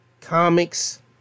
comics